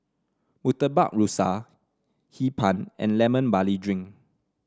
Murtabak Rusa Hee Pan and Lemon Barley Drink